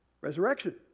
Resurrection